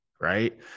right